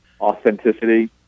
Authenticity